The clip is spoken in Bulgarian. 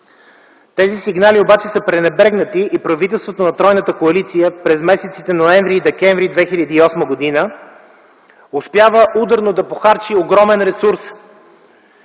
Тези сигнали обаче са пренебрегнати и правителството на тройната коалиция през месеците ноември и декември 2008 г. успява ударно да похарчи огромен ресурс,